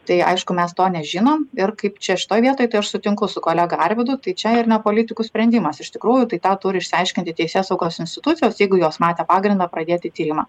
tai aišku mes to nežinom ir kaip čia šitoj vietoj tai aš sutinku su kolega arvydu tai čia ir ne politikų sprendimas iš tikrųjų tai tą turi išsiaiškinti teisėsaugos institucijos jeigu jos matė pagrindą pradėti tyrimą